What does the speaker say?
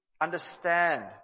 understand